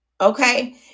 okay